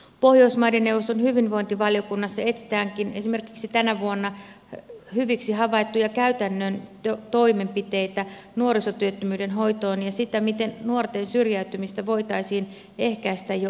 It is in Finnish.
pohjoismaiden neuvoston hyvinvointivaliokunnassa etsitäänkin tänä vuonna esimerkiksi hyviksi havaittuja käytännön toimenpiteitä nuorisotyöttömyyden hoitoon ja sitä miten nuorten syrjäytymistä voitaisiin ehkäistä jo ennalta